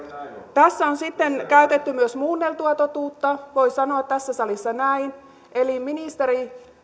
tässä on sitten käytetty myös muunneltua totuutta voi sanoa tässä salissa näin eli ministeri